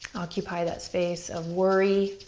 occupy that space of worry,